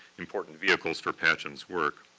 important vehicles for patchen's work.